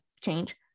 change